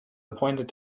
appointed